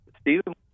Stephen